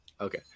okay